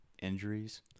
injuries